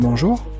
Bonjour